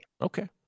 Okay